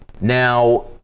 Now